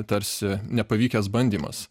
tarsi nepavykęs bandymas